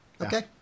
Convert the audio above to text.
Okay